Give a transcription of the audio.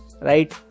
right